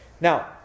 Now